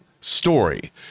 story